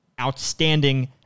outstanding